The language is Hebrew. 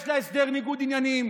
יש לה הסדר ניגוד עניינים.